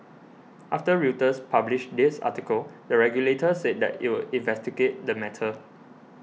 after Reuters published this article the regulator said that it would investigate the matter